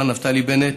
מר נפתלי בנט,